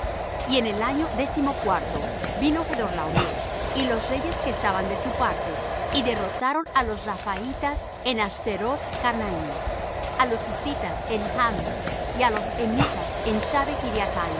y en el año décimocuarto vino chdorlaomer y los reyes que estaban de su parte y derrotaron á los raphaitas en ashteroth carnaim á los zuzitas en ham y á los emitas en